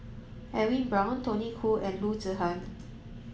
Edwin Brown Tony Khoo and Loo Zihan